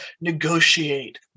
negotiate